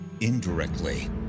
indirectly